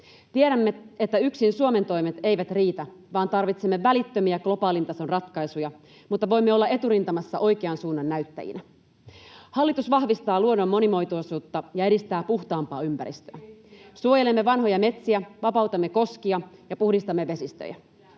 Tiedämme, että yksin Suomen toimet eivät riitä, vaan tarvitsemme välittömiä globaalin tason ratkaisuja, mutta voimme olla eturintamassa oikean suunnan näyttäjinä. Hallitus vahvistaa luonnon monimuotoisuutta ja edistää puhtaampaa ympäristöä. [Vasemmalta: Ei pidä paikkaansa!] Suojelemme vanhoja metsiä, vapautamme koskia ja puhdistamme vesistöjä.